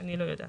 אני לא יודעת.